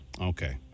Okay